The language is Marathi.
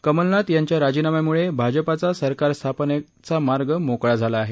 कमलनाथ यांच्या राजीनाम्यामुळे भाजपाचा सरकार स्थापन करायचा मार्ग मोकळा झाला आहे